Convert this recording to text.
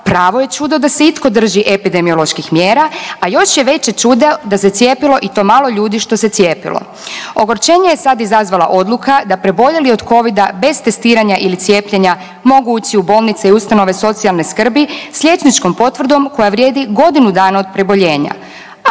pravo je čudo da se itko drži epidemioloških mjera, a još je veće čudo da se cijepilo i to malo ljudi što se cijepilo. Ogorčenje je sad izazvala odluka da preboljeli od Covida bez testiranja ili cijepljenja mogu ući u bolnice i ustanove socijalne skrbi s liječničkom potvrdom koja vrijedi godinu dana od preboljenja,